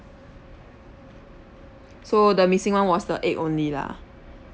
so the missing [one] was the egg only lah